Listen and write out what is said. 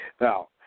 Now